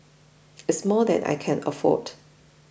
it's more than I can afford